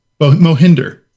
Mohinder